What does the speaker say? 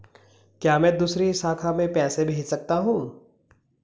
क्या मैं दूसरी शाखा में पैसे भेज सकता हूँ?